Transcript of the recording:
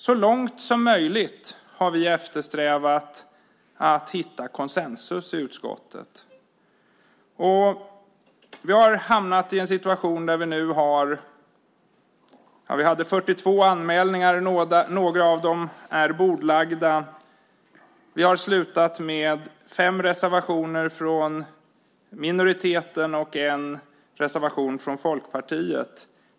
Så långt som möjligt har vi eftersträvat att hitta konsensus i utskottet. Vi hade 42 anmälningar; några av dem är bordlagda. Vi slutar med fem reservationer från minoriteten och en reservation från Folkpartiet.